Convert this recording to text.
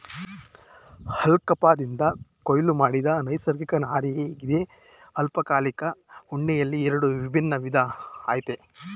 ಅಲ್ಪಕಾದಿಂದ ಕೊಯ್ಲು ಮಾಡಿದ ನೈಸರ್ಗಿಕ ನಾರಗಿದೆ ಅಲ್ಪಕಾಲಿಕ ಉಣ್ಣೆಯಲ್ಲಿ ಎರಡು ವಿಭಿನ್ನ ವಿಧ ಆಯ್ತೆ